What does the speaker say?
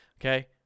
Okay